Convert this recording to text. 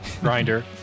grinder